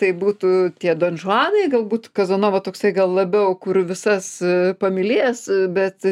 tai būtų tie donžuanai galbūt kazanova toksai gal labiau kur visas pamylėjęs bet